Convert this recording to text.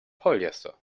polyester